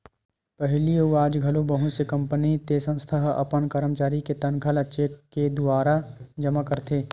पहिली अउ आज घलो बहुत से कंपनी ते संस्था ह अपन करमचारी के तनखा ल चेक के दुवारा जमा करथे